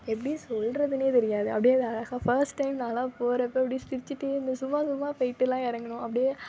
எப்படி சொல்வதுன்னே தெரியாது அப்படியே அழகாக ஃபஸ்ட் டைம்னாலே போகிறப்ப அப்படியே சிரிச்சுட்டே இருந்தேன் சும்மா சும்மா போயிட்டெலாம் இறங்குனோம் அப்படியே